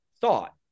thought